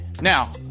Now